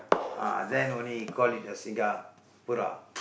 ah then only call it a Singapura